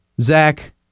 Zach